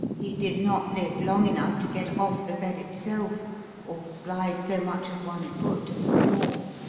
he did not live long enough to get off the bed itself or slide so much as one foot to the floor.